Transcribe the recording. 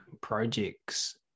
projects